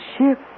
ship